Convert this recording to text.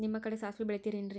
ನಿಮ್ಮ ಕಡೆ ಸಾಸ್ವಿ ಬೆಳಿತಿರೆನ್ರಿ?